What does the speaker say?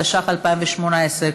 התשע"ח 2018,